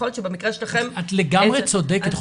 את לגמרי צודקת,